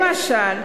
למשל,